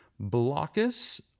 blockus